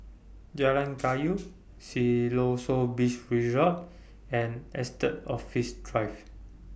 Jalan Kayu Siloso Beach Resort and Estate Office Drive